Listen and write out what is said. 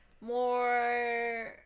more